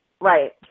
right